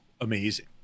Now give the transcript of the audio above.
amazing